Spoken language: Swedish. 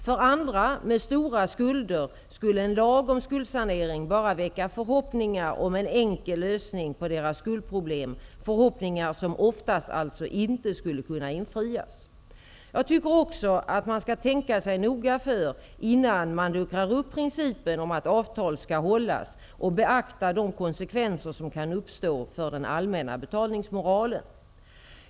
För andra med stora skulder skulle en lag om skuldsanering bara väcka förhoppningar om en enkel lösning på deras skuldproblem, förhoppningar som oftast alltså inte skulle kunna infrias. Jag tycker också att man skall tänka sig noga för innan man luckrar upp principen om att avtal skall hållas och beakta de konsekvenser som kan uppstå för den allmänna betalningsmoralen.